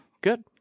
Good